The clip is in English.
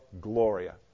gloria